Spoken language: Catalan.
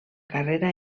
carrera